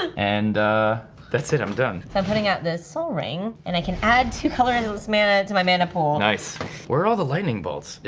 and that's it, i'm done. so i'm putting out this sol ring, and i can add two colorless mana into my mana pool. nice, where are all the lightning bolts?